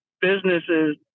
businesses